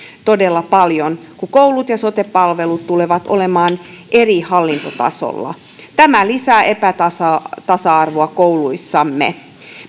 todella paljon kun koulut ja sote palvelut tulevat olemaan eri hallintotasoilla tämä lisää epätasa arvoa kouluissamme